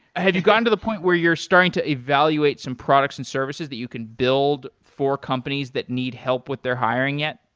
have you gotten to the point where you're starting to evaluate some products and services that you can build for companies that need help with their hiring yet?